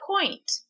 point